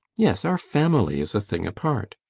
yes, our family is a thing apart.